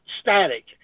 static